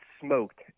smoked